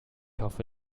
hoffe